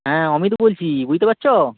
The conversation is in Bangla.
হ্যাঁ অমিত বলছি বুঝতে পারছ